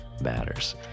matters